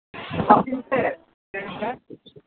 ᱚᱠᱟ ᱫᱤᱱ ᱛᱮ ᱪᱮᱫ